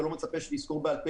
אתה לא מצפה שאני אזכור בעל-פה.